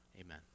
amen